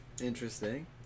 Interesting